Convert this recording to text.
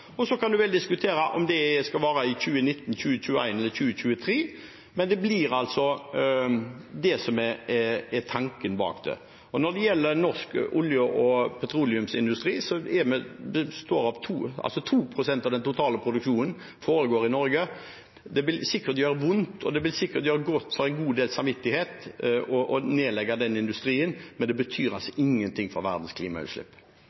biler. Så kan man diskutere om det skal være i 2019, 2021 eller 2023, men det er altså det som er tanken bak det. Når det gjelder norsk olje- og petroleumsindustri, foregår 2 pst. av den totale produksjonen i Norge. Det vil sikkert gjøre vondt, og det vil sikkert være godt for noens samvittighet å nedlegge den industrien, men det betyr